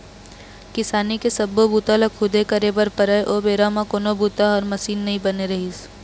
किसानी के सब्बो बूता ल खुदे करे बर परय ओ बेरा म कोनो बूता बर मसीन नइ बने रिहिस हे